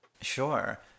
Sure